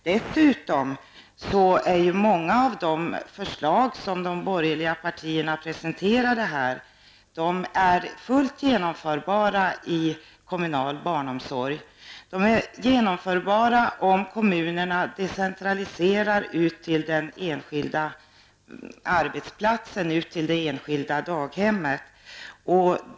Dessutom är många av de förslag som de borgerliga partierna har presenterat fullt genomförbara i kommunal barnomsorg, nämligen om kommunerna decentraliserar och för ut beslutsfattandet till de enskilda daghemmen.